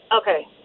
Okay